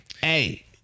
Hey